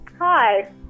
hi